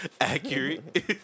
Accurate